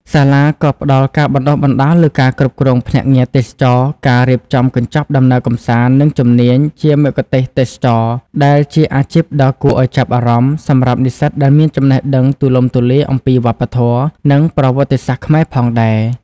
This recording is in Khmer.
សាលាក៏ផ្ដល់ការបណ្តុះបណ្តាលលើការគ្រប់គ្រងភ្នាក់ងារទេសចរណ៍ ការរៀបចំកញ្ចប់ដំណើរកម្សាន្ត និងជំនាញជា មគ្គុទ្ទេសក៍ទេសចរណ៍ ដែលជាអាជីពដ៏គួរឱ្យចាប់អារម្មណ៍សម្រាប់និស្សិតដែលមានចំណេះដឹងទូលំទូលាយអំពីវប្បធម៌ និងប្រវត្តិសាស្ត្រខ្មែរផងដែរ។